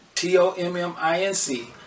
T-O-M-M-I-N-C